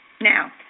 Now